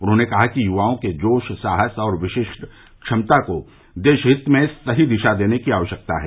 उन्होंने कहा कि युवाओं के जोश साहस और विशिष्ट क्षमता को देश हित में सही दिशा देने की आवश्यकता है